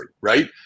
right